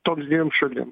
toms dviem šalim